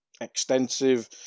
extensive